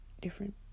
different